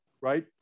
right